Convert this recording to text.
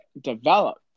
develop